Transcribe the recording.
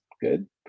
good